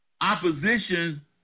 opposition